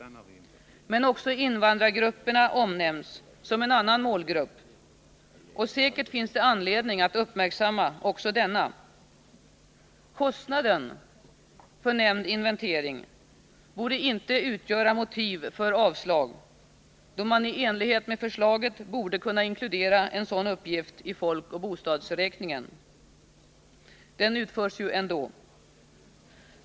Men också invandrargrupperna omnämns som en annan målgrupp, och säkert finns det anledning att uppmärksamma också denna. Kostnaden för nämnd inventering borde inte utgöra motiv för avslag, då man i enlighet med förslaget borde kunna inkludera en sådan uppgift i folkoch bostadsräkningen, som ju ändå utförs.